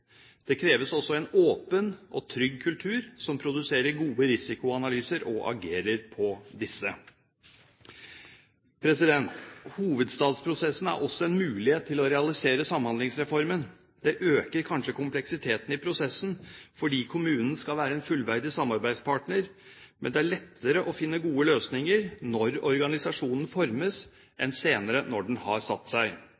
Det kreves også en åpen og trygg kultur som produserer gode risikoanalyser og agerer på disse. Hovedstadsprosessen er også en mulighet til å realisere Samhandlingsreformen. Det øker kanskje kompleksiteten i prosessen fordi kommunen skal være en fullverdig samarbeidspartner, men det er lettere å finne gode løsninger når organisasjonen formes,